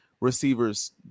receivers